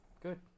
Good